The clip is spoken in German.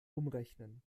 umrechnen